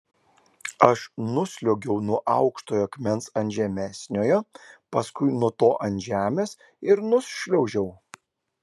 aš nusliuogiau nuo aukštojo akmens ant žemesniojo paskui nuo to ant žemės ir nušliaužiau